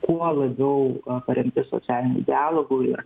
kuo labiau paremti socialiniu dialogu ir